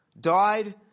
died